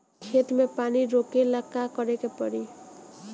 खेत मे पानी रोकेला का करे के परी?